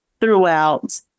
throughout